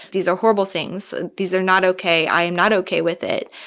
these are horrible things. these are not ok. i am not ok with it.